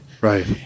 Right